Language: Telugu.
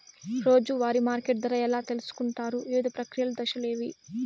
రోజూ వారి మార్కెట్ ధర ఎలా తెలుసుకొంటారు వివిధ ప్రక్రియలు దశలు ఏవి?